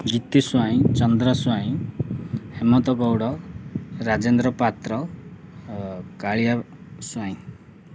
ଜିତି ସ୍ୱାଇଁ ଚନ୍ଦ୍ର ସ୍ୱାଇଁ ହେମନ୍ତ ଗୌଡ଼ ରାଜେନ୍ଦ୍ର ପାତ୍ର କାଳିଆ ସ୍ୱାଇଁ